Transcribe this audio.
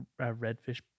redfish